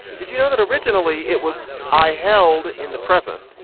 did you know that originally it was i held in the present.